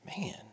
Man